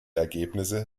ergebnisse